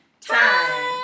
time